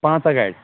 پنٛژاہ گاڑِ